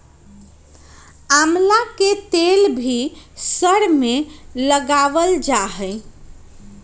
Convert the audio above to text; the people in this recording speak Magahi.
आमला के तेल भी सर में लगावल जा हई